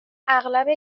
اغلب